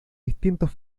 distintos